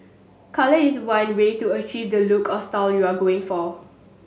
colour is one way to achieve the look or style you're going for